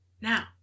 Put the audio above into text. Now